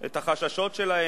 את החששות שלהם.